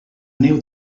neu